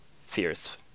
fierce